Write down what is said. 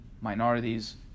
minorities